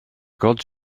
gods